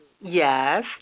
Yes